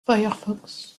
firefox